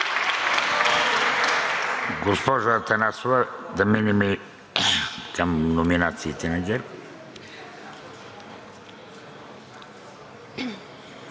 Госпожо Атанасова, да минем и към номинацията на